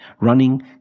running